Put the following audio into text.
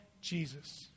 Jesus